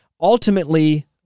Ultimately